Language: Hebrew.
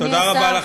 תודה רבה לכם.